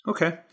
Okay